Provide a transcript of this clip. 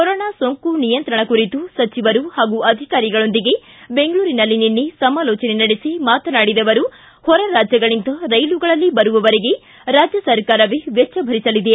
corona ಸೋಂಕು ನಿಯಂತ್ರಣ ಕುರಿತು ಸಚಿವರು ಪಾಗೂ ಅಧಿಕಾರಿಗಳೊಂದಿಗೆ ಬೆಂಗಳೂರಿನಲ್ಲಿ ನಿನ್ನೆ ಸಮಾಲೋಚನೆ ನಡೆಸಿ ಮಾತನಾಡಿದ ಅವರು ಹೊರರಾಜ್ಯಗಳಿಂದ ರೈಲುಗಳಲ್ಲಿ ಬರುವವರಿಗೆ ರಾಜ್ಯ ಸರ್ಕಾರವೇ ವೆಜ್ವ ಭರಿಸಲಿದೆ